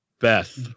Beth